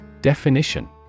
Definition